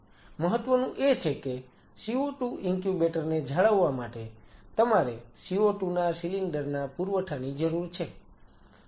મહત્વનું એ છે કે CO2 ઇન્ક્યુબેટર ને જાળવવા માટે તમારે CO2 ના સિલિન્ડર ના પુરવઠાની જરૂર છે